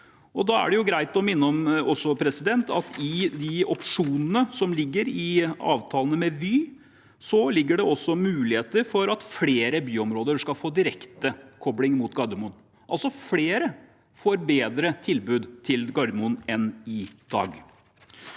Da er det greit å minne om at i de opsjonene som ligger i avtalene med Vy, ligger det også muligheter for at flere byområder skal få direktekobling mot Gardermoen, altså at flere får bedre tilbud til Gardermoen enn i dag.